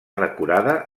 decorada